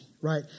right